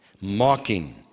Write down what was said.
mocking